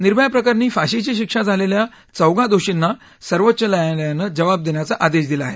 निर्भया प्रकरणी फाशीची शिक्षा झालेल्या चौघा दोषींना सर्वोच्च न्यायालयानं जवाब देण्याचा आदेश दिला आहे